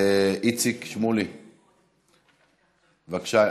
איציק שמולי, בבקשה.